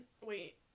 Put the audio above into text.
wait